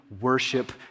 worship